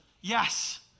Yes